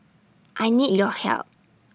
I need your help